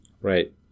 Right